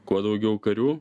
kuo daugiau karių